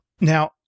Now